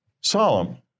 solemn